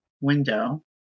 window